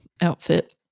outfit